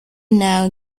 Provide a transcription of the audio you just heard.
now